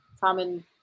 common